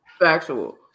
factual